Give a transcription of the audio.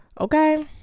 okay